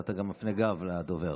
ואתה גם מפנה גב לדובר.